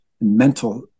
mental